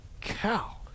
cow